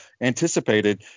anticipated